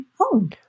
home